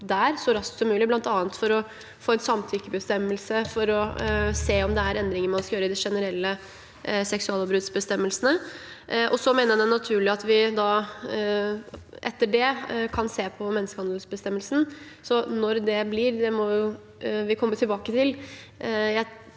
så raskt som mulig, bl.a. for å få en samtykkebestemmelse, og for å se om det er endringer man skal gjøre i de generelle seksuallovbruddsbestemmelsene. Jeg mener det er naturlig at vi etter det kan se på menneskehandelsbestemmelsen. Når det blir, må vi komme tilbake til.